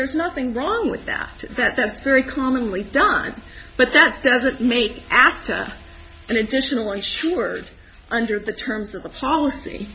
there's nothing wrong with that that that's very commonly done but that doesn't make after an additional insured under the terms of the policy